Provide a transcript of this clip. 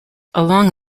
along